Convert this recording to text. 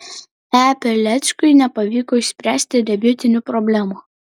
e pileckiui nepavyko išspręsti debiutinių problemų